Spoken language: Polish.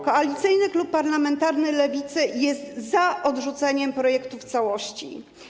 Koalicyjny Klub Parlamentarny Lewicy jest za odrzuceniem projektu w całości.